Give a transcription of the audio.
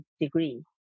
degree